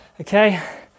okay